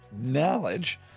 knowledge